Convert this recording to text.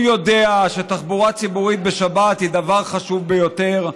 הוא יודע שתחבורה ציבורית בשבת היא דבר חשוב ביותר.